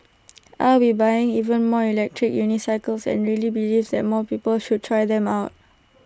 I will be buying even more electric unicycles and really believe that more people should try them out